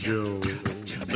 Joe